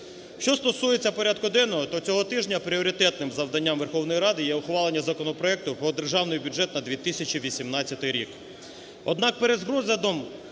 Що стосується порядку денного, то цього тижня пріоритетним завданням Верховної Ради є ухвалення законопроекту про Державний бюджет на 2018 рік.